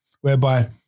whereby